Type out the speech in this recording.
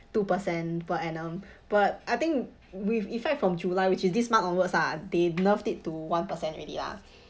two percent per annum but I think with effect from july which is this month onwards ah they nerved it to one percent already lah